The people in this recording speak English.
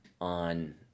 on